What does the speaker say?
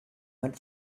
went